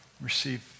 Receive